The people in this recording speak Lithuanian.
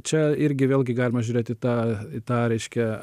čia irgi vėlgi galima žiūrėt į tą tą reiškia